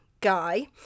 guy